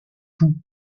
fou